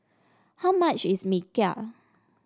how much is Mee Kuah